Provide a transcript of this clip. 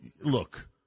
look